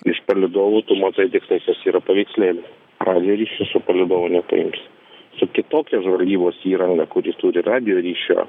iš palydovų tu matai tiktais kas yra paveikslėly radijo ryšį su palydovu nepaimsi su kitokia žvalgybos įranga kuri turi radijo ryšio